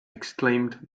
exclaimed